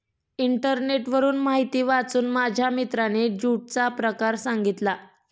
इंटरनेटवरून माहिती वाचून माझ्या मित्राने ज्यूटचा प्रकार सांगितला